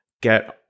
get